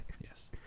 Yes